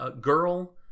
Girl